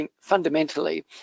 fundamentally